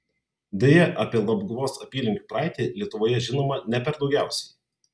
deja apie labguvos apylinkių praeitį lietuvoje žinoma ne per daugiausiai